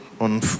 on